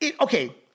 okay